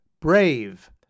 Brave